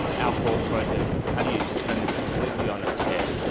our thought process was, how do you turn this completely on its head.